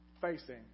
facing